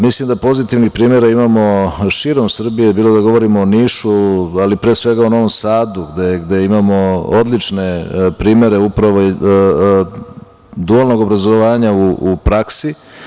Mislim da pozitivnih primera imamo širom Srbije, bilo da govorimo o Nišu, pre svega o Novom Sadu, gde imamo odlične primere upravo dualnog obrazovanja u praksi.